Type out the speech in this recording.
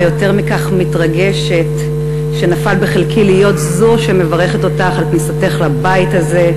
ויותר מכך מתרגשת שנפל בחלקי להיות זו שמברכת אותך על כניסתך לבית הזה,